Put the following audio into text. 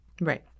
Right